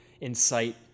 incite